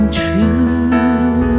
true